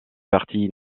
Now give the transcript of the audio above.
parti